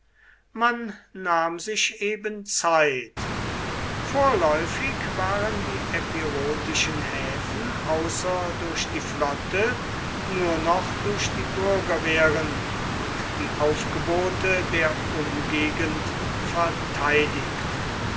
man nahm sich eben zeit vorläufig waren die epirotischen häfen außer durch die flotte nur noch durch die bürgerwehren und die aufgebote der umgegend verteidigt